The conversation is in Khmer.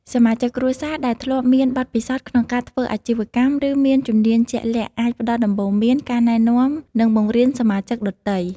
សមាជិកគ្រួសារដែលធ្លាប់មានបទពិសោធន៍ក្នុងការធ្វើអាជីវកម្ម ឬមានជំនាញជាក់លាក់ អាចផ្តល់ដំបូន្មាន ការណែនាំ និងបង្រៀនសមាជិកដទៃ។